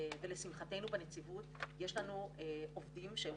ולשמחתנו בנציבות יש לנו עובדים שהם